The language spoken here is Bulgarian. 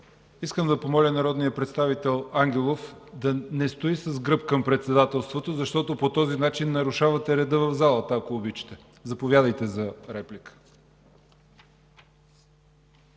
Искам да помоля народния представител Ангелов да не стои с гръб към председателството, защото по този начин нарушавате реда в залата. Заповядайте за реплика.